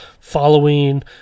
following